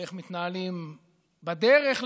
באיך מתנהלים בדרך לשם,